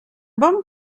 bon